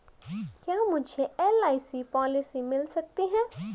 क्या मुझे LIC policy मिल सकती है?